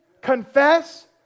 confess